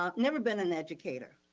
um never been an educator.